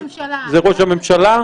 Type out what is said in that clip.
זה ראש הממשלה.